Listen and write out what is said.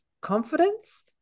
confidence